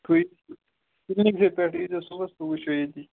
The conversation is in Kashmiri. کٕے کِلنِکسٕے پٮ۪ٹھ ییٖزیو صُبحَس بہٕ وٕچھو ییٚتی